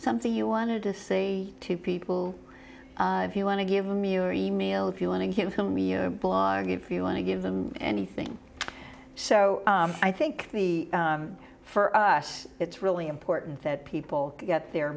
something you wanted to say to people if you want to give them your email if you want to give me a blog if you want to give them anything so i think for us it's really important that people get their